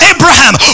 Abraham